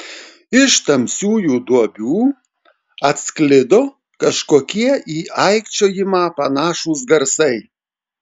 iš tamsiųjų duobių atsklido kažkokie į aikčiojimą panašūs garsai